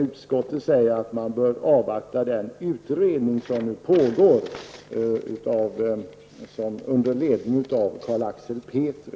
Utskottet säger där att man bör avvakta den utredning som nu pågår under ledning av Carl Axel Petri.